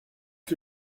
que